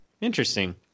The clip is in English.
interesting